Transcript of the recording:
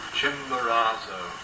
Chimborazo